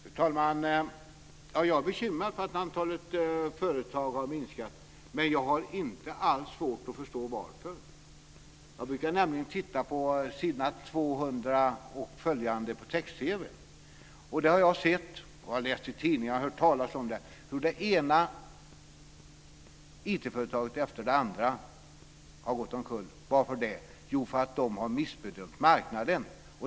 Fru talman! Jag är bekymrad över att antalet företag har minskat. Men jag har inte alls svårt att förstå varför. Jag brukar nämligen titta på sidan 200 och följande sidor på Text-TV. Där har jag sett och jag har läst i tidningar och hört talas om hur det ena IT företaget efter det andra har gått omkull. Varför det? Jo, därför att de har missbedömt marknaden.